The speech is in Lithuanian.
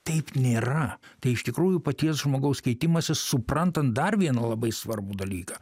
taip nėra tai iš tikrųjų paties žmogaus keitimasis suprantant dar vieną labai svarbų dalyką